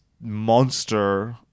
monster